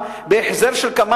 שלושה,